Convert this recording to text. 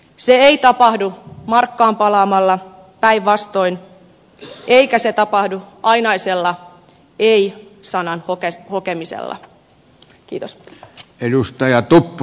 se ei tapahdu markkaan palaamalla päinvastoin eikä se tapahdu ainaisella ei sanan hokemisella